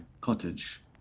cottage